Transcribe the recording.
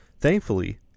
Thankfully